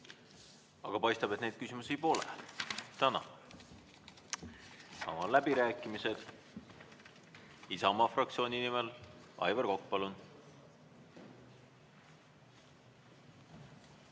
Aga paistab, et neid küsimusi pole. Tänan! Avan läbirääkimised. Isamaa fraktsiooni nimel Aivar Kokk, palun!